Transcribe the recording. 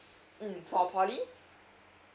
mm for poly